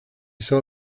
saw